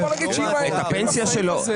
את הפנסיה שלו